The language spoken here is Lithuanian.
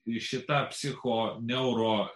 į šitą psichoneur